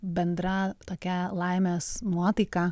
bendra tokia laimės nuotaika